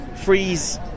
Freeze